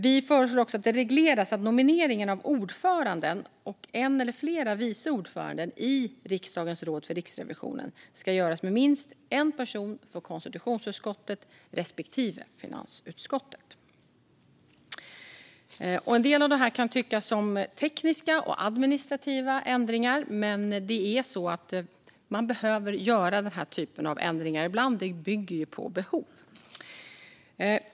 Vi föreslår också att det regleras att nomineringen av ordförande och en eller flera vice ordförande i riksdagens råd för Riksrevisionen ska göras med minst en person från konstitutionsutskottet respektive finansutskottet. En del av detta kan tyckas vara tekniska och administrativa ändringar, men det är så att man behöver göra den typen av ändringar ibland. Det bygger på behov.